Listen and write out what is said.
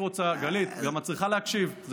גלית, את צריכה גם להקשיב.